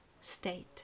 state